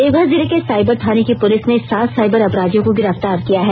देवघर जिले के साइबर थाने की पुलिस ने सात साइबर अपराधियों को गिरफ्तार किया है